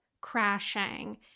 crashing